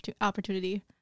opportunity